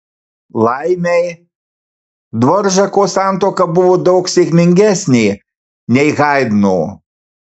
laimei dvoržako santuoka buvo daug sėkmingesnė nei haidno